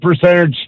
percentage